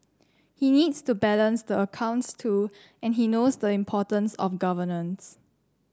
he needs to balance the accounts too and he knows the importance of governance